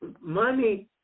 Money